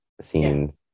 scenes